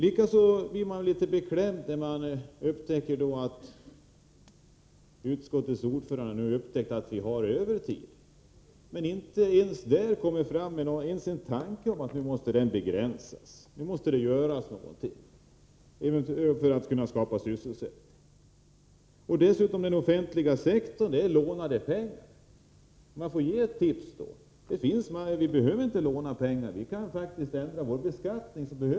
Man blir litet beklämd när man hör att utskottets ordförande har upptäckt att det förekommer övertid men att hon inte ens har en tanke på att övertiden måste begränsas. Det måste göras någonting för att skapa sysselsättning. Den offentliga sektorn drivs med lånade pengar. Jag kan ge ett tips: Vi behöver inte låna pengar. Vi kan faktiskt ändra vår beskattning.